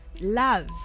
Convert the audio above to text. Love